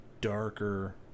darker